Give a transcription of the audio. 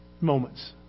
moments